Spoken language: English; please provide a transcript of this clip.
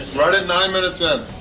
right at nine minutes in.